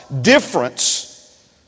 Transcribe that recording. difference